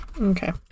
Okay